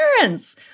parents